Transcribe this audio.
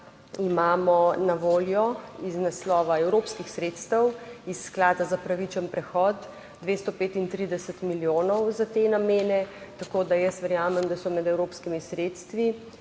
imamo na voljo iz naslova evropskih sredstev iz sklada za pravičen prehod 235 milijonov za te namene. Tako, da jaz verjamem, da so med evropskimi sredstvi